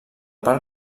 part